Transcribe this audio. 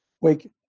Wake